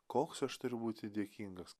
koks aš turiu būti dėkingas